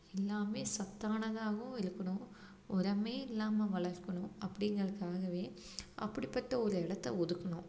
எல்லாம் சத்தானதாகவும் இருக்கணும் உரமே இல்லாமல் வளர்க்கணும் அப்படிங்கறதுக்காகவே அப்படிப்பட்ட ஒரு இடத்த ஒதுக்கினோம்